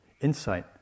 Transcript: insight